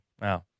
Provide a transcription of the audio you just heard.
wow